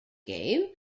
game